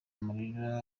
amarira